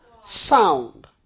sound